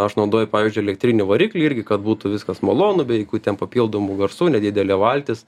aš naudoju pavyzdžiui elektrinį variklį irgi kad būtų viskas malonu be jokių ten papildomų garsų nedidelė valtis